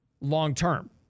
long-term